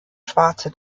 schwarze